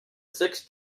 six